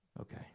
Okay